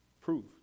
proof